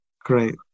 Great